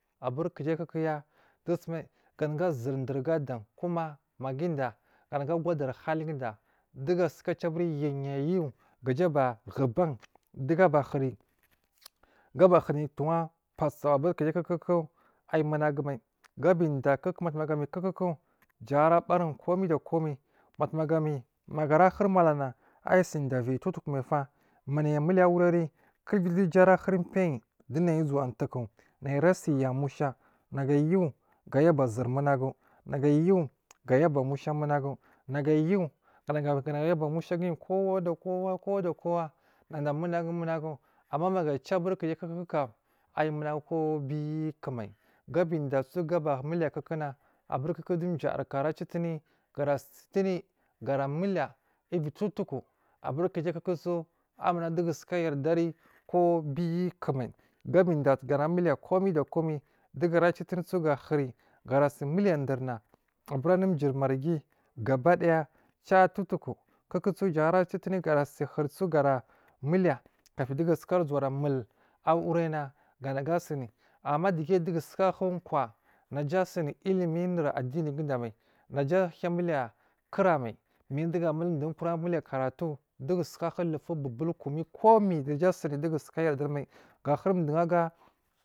Ma adan a ciwo abur kujai kukuya kuku a sul dur ga adan magu udiya ganagu a gudari haliguda dugu suka ciaburi yu yayu gaja aba huban dugu a bahuri gaba huri towuwa basau, u kuku ayi munagu mai gaba diya kuku jan arabarin, un komai da ko mai batumagami maga arahuri malana ayisida viyi towutokumai fa ma na yi amiliya aureri kul uviyi dowu uju ara huri upiyi dowu nai uzuwa tuku nai ara siya musha nagu ayu gay aba sur munagu nagu ayu gayaba musha munagu, nagu ayu gay aba mushaguyi kowa da kowa nada munagu munagu aburi maga a ciwu kujai ku kukam ayi munagu kowo bikumai gaba diyya su gaba miliya kuku na, aburi kuku du jayaku ara citini ga sutuni ga muliya uviyi towu tuku aburi ku jai kuku ayi munagu dugu suka jardar kowo biku mai gaba diyya gara miliya komai da komai dugura citini su gahuri ga miliya dur na aburi anu jiri marghi gabadaya ca towutuk kuku su jan ara citini gara sihurisu garamiliya kafidugasu zuwa mul aure na ganagu suni ammaduge dugu suka howo kwa naja asini ilimi unur adiniguda mai naja ahiya muliya kura mai min dugua mun dowo don kura muliya karat u dugu suka hulufu buwo bulku mi komi naja asini mai dugu suka yar dar mai ga huri duwo aga.